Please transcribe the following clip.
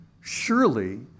surely